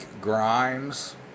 Grimes